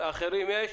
לאחרים יש?